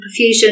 perfusion